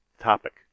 topic